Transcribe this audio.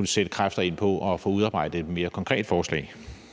at sætte kræfter ind på at kunne få udarbejdet et mere konkret forslag